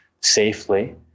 safely